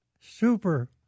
super